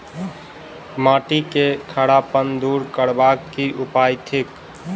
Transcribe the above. माटि केँ खड़ापन दूर करबाक की उपाय थिक?